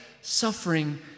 suffering